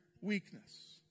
weakness